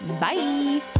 Bye